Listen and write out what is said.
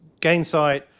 Gainsight